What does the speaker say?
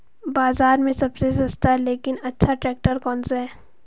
बाज़ार में सबसे सस्ता लेकिन अच्छा ट्रैक्टर कौनसा है?